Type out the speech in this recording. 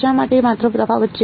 શા માટે માત્ર તફાવત છે